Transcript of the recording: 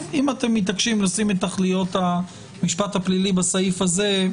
אם אתם מתעקשים לשים את תכליות המשפט הפלילי בסעיף הזה,